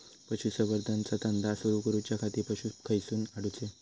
पशुसंवर्धन चा धंदा सुरू करूच्या खाती पशू खईसून हाडूचे?